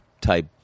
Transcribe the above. type